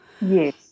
Yes